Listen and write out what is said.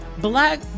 black